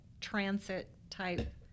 transit-type